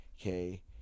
okay